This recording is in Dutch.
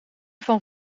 van